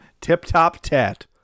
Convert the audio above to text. Tip-top-tat